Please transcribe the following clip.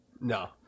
no